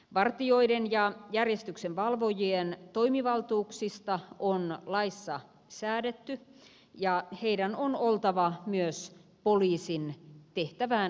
vartijoiden ja järjestyksenvalvojien toimivaltuuksista on laissa säädetty ja heidän on oltava myös poliisin tehtävään hyväksymiä